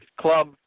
club